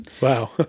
Wow